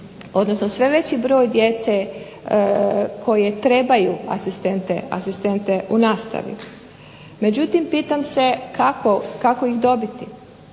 odnosno sve veći broj djece koji trebaju asistente u nastavi. Međutim, pitam se kako, kako ih dobiti?